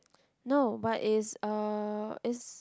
no but is uh is